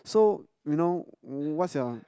so you know what's your